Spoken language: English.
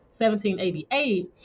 1788